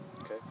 Okay